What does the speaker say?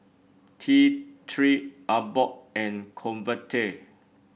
T Three Abbott and Convatec